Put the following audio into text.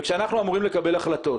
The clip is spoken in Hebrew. כשאנחנו אמורים לקבל החלטות,